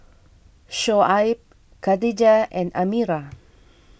Shoaib Katijah and Amirah